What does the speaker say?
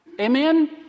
Amen